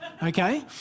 okay